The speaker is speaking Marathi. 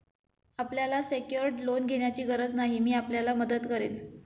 आपल्याला सेक्योर्ड लोन घेण्याची गरज नाही, मी आपल्याला मदत करेन